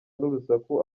n’urusaku